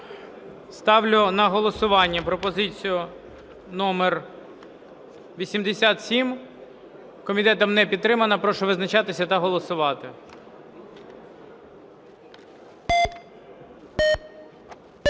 Ставлю на голосування пропозицію номер 87. Комітетом не підтримана. Прошу визначатись та голосувати.